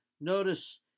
notice